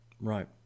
Right